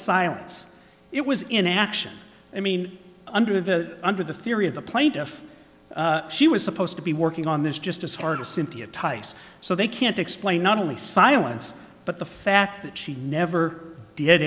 silence it was inaction i mean under the under the theory of the plaintiff she was supposed to be working on this just discarded cynthia tice so they can't explain not only silence but the fact that she never did